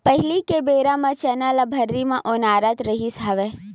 पहिली के बेरा म चना ल भर्री म ओनारत रिहिस हवय